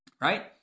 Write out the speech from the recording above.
right